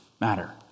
matter